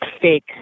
fake